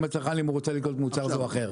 הצרכן אם הוא רוצה לקנות מוצר זה או אחר?